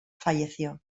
falleció